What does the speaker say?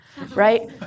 Right